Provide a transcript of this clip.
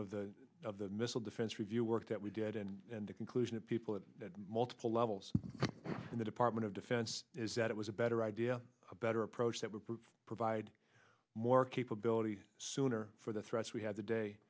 conclusion of the missile defense review work that we did and the conclusion of people at multiple levels in the department of defense is that it was a better idea a better approach that would provide more capability sooner for the threats we had to day